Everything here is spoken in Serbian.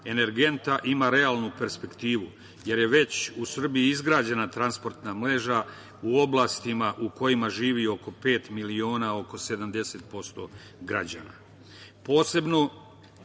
energenta, ima realnu perspektivu jer je već u Srbiji izgrađena transportna mreža u oblastima u kojima živi pet milion, oko 70% građana.